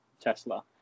Tesla